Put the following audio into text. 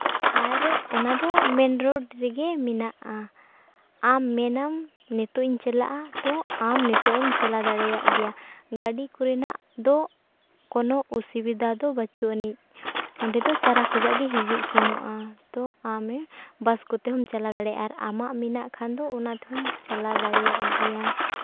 ᱟᱨ ᱚᱱᱟ ᱫᱚ ᱢᱮᱱᱨᱳᱰ ᱨᱮᱜᱮ ᱢᱮᱱᱟᱜᱼᱟ ᱟᱢ ᱢᱮᱱᱟᱢ ᱱᱤᱛᱳᱜᱼᱤᱧ ᱪᱟᱞᱟᱜᱼᱟ ᱛᱚ ᱟᱢ ᱱᱤᱛᱳᱜᱼᱮᱢ ᱪᱟᱞᱟᱣ ᱫᱟᱲᱮᱭᱟᱜ ᱜᱮᱭᱟ ᱜᱟᱹᱰᱤ ᱠᱚᱨᱮᱱᱟᱜ ᱫᱚ ᱠᱳᱱᱳ ᱚᱥᱩᱵᱤᱫᱷᱟ ᱫᱚ ᱵᱟᱹᱱᱩᱜᱼᱟᱹᱱᱤᱡᱽ ᱚᱸᱰᱮ ᱫᱚ ᱥᱟᱨᱟ ᱠᱷᱚᱱᱟᱜ ᱜᱮ ᱦᱤᱡᱩᱜ ᱥᱮᱱᱚᱜᱼᱟ ᱛᱚ ᱟᱢ ᱵᱟᱥ ᱠᱚᱛᱮ ᱦᱚᱸᱢ ᱪᱟᱞᱟᱣ ᱫᱟᱲᱮᱭᱟᱜᱼᱟ ᱟᱨ ᱟᱢᱟᱜ ᱢᱮᱱᱟᱜ ᱠᱷᱟᱱ ᱫᱚ ᱚᱱᱟ ᱛᱮᱦᱚᱸᱢ ᱪᱟᱞᱟᱣ ᱫᱟᱲᱮᱭᱟᱜ ᱜᱮᱭᱟ